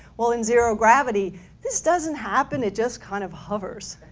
well, in zero gravity this doesn't happen, it just kind of hovers.